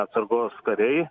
atsargos kariai